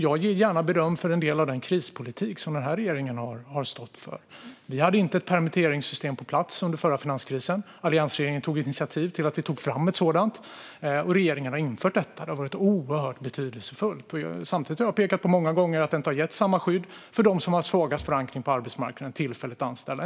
Jag ger gärna beröm för en del av den krispolitik som den här regeringen har stått för. Vi hade inte ett permitteringssystem på plats under förra finanskrisen. Alliansregeringen tog initiativ till att vi tog fram ett sådant, och regeringen har infört detta. Det har varit oerhört betydelsefullt. Samtidigt har jag pekat många gånger på att det inte har gett samma skydd för dem som har svagast förankring på arbetsmarknaden, de tillfälligt anställda.